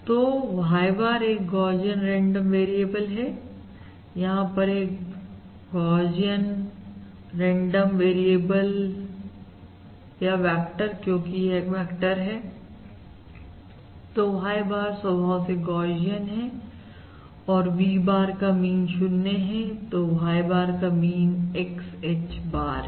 तो Y bar एक Gaussian random variable है यहां पर यह एक गौशियन रेंडम वेक्टर क्योंकि यह एक वेक्टर है तो Y bar स्वभाव से गौशियन है और V bar का मीन 0 है तो Y bar का मीन X H bar है